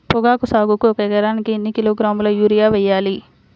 పొగాకు సాగుకు ఒక ఎకరానికి ఎన్ని కిలోగ్రాముల యూరియా వేయాలి?